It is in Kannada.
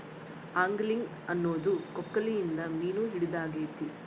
ಆಂಗ್ಲಿಂಗ್ ಅನ್ನೊದು ಕೊಕ್ಕೆಲಿಂದ ಮೀನು ಹಿಡಿದಾಗೆತೆ